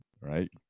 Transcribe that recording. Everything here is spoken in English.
right